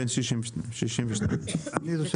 בן 62. שמי אורי עמדי,